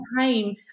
time